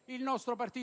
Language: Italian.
un momento di